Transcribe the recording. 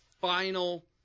final